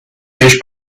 fish